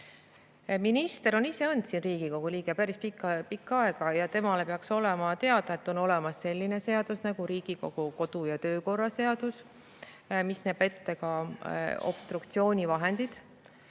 Minister on ise olnud Riigikogu liige päris pikka-pikka aega ja temale peaks olema teada, et on olemas selline seadus nagu Riigikogu kodu- ja töökorra seadus, mis näeb ette ka obstruktsiooni vahendid.